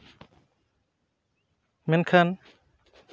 ᱢᱮᱱᱠᱷᱟᱱ